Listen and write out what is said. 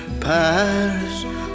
Paris